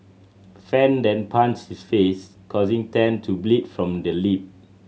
fan then punched his face causing Tan to bleed from the lip